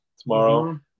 tomorrow